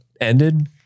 ended